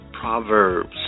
Proverbs